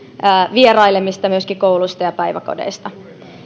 vierailemista myöskin kouluista ja päiväkodeista